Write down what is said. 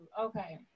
okay